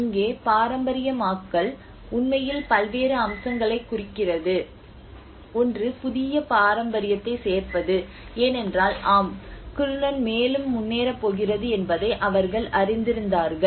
இங்கே பாரம்பரியமயமாக்கல் உண்மையில் பல்வேறு அம்சங்களைக் குறிக்கிறது ஒன்று புதிய பாரம்பரியத்தைச் சேர்ப்பது ஏனென்றால் ஆம் கிருணன் மேலும் முன்னேறப் போகிறது என்பதை அவர்கள் அறிந்திருந்தார்கள்